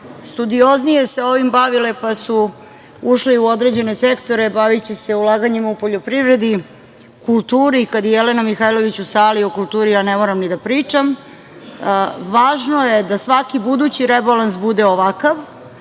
studioznije sa ovim bavile pa su ušle u određene sektore, baviće se ulaganjem u poljoprivredi, kulturi, a kada je Jelena Mihajlović u sali, ja o kulturi ne treba ni da pričam. Važno je da svaki budući rebalans bude ovakav